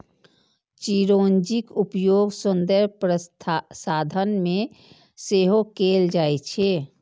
चिरौंजीक उपयोग सौंदर्य प्रसाधन मे सेहो कैल जाइ छै